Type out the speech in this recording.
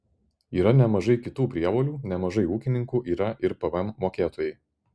yra nemažai kitų prievolių nemažai ūkininkų yra ir pvm mokėtojai